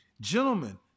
Gentlemen